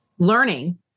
Learning